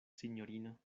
sinjorino